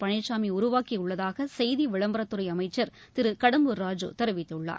பழனிசாமி உருவாக்கியுள்ளதாக செய்தி விளம்பரத்துறை அமைச்சர் திரு கடம்பூர் ராஜு தெரிவித்துள்ளார்